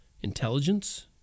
intelligence